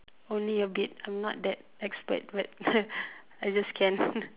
only a bit I'm not that expert I just can